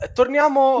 torniamo